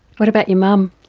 what about your mum?